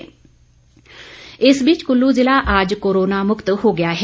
corona जीत इस बीच कुल्लू जिला आज कोरोना मुक्त हो गया है